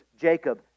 Jacob